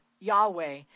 Yahweh